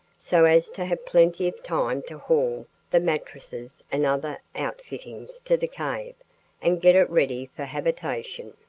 so as to have plenty of time to haul the mattresses and other outfittings to the cave and get it ready for habitation.